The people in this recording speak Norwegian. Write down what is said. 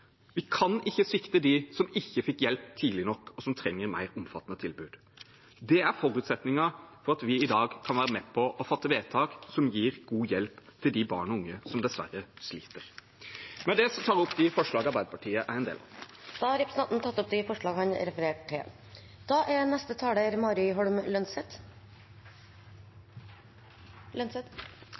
Vi kan ikke svikte dem som ikke fikk hjelp tidlig nok, og som trenger mer omfattende tilbud. Det er forutsetningen for at vi i dag kan være med på å fatte vedtak som gir god hjelp til de barn og unge som dessverre sliter. Med det tar jeg opp de forslag som Arbeiderpartiet har sammen med Senterpartiet, og det forslaget Arbeiderpartiet alene står bak. Da har representanten Tellef Inge Mørland tatt opp de forslagene han refererte til.